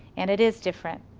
and it is different.